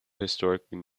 historically